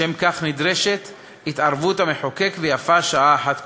לשם כך נדרשת התערבות המחוקק, ויפה שעה אחת קודם".